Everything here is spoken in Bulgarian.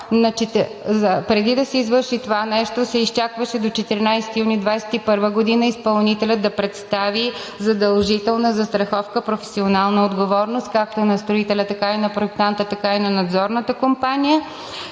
преди да се извърши това нещо, се изчакваше до 14 юни 2021 г. изпълнителят да представи задължителна застраховка „Професионална отговорност“ както на строителя, така и на проектанта, така и на надзорната компания